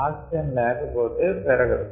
oxygen లేక పొతే పెరగదు